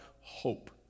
hope